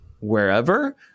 wherever